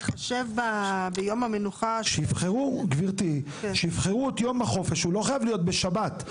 מתחשב ביום המנוחה --- שייבחרו את יום החופש ביום שהוא לא שבת.